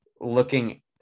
looking –